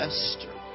Esther